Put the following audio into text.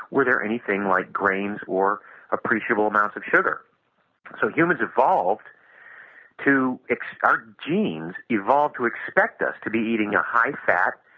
were there anything like grains or appreciable amounts of sugar so humans evolved to our genes evolved to expect us to be eating a high fat,